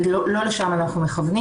ולא לשם אנחנו מכוונים.